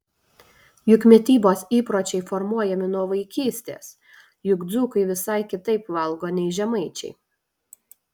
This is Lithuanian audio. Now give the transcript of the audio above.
juk mitybos įpročiai formuojami nuo vaikystės juk dzūkai visai kitaip valgo nei žemaičiai